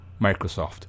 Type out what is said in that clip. Microsoft